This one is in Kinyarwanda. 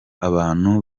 abantu